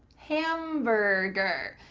hamburger,